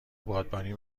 بادبانی